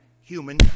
human